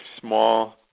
small